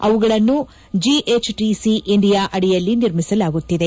ಅವುಗಳನ್ನು GHTC India ಅಡಿಯಲ್ಲಿ ನಿರ್ಮಿಸಲಾಗುತ್ತಿದೆ